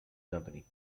company